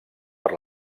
per